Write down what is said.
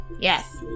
Yes